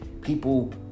people